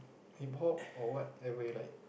Hip-Hop or what ever you like